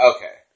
Okay